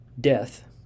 Death